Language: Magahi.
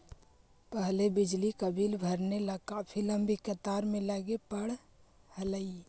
पहले बिजली का बिल भरने ला काफी लंबी कतार में लगे पड़अ हलई